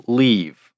leave